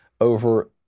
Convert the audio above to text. over